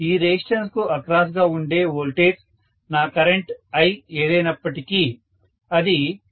ఈ రెసిస్టెన్స్ కు అక్రాస్ గా ఉండే వోల్టేజ్ నా కరెంట్ 'I' ఏదైనప్పటికీ అది 1AR అవుతుంది